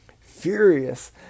furious